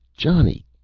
johnny,